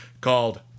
called